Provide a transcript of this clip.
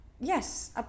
yes